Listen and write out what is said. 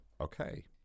Okay